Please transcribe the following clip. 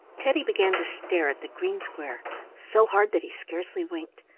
teddy began to stare at the green square so hard that he scarcely winked,